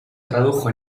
tradujo